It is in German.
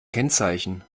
kennzeichen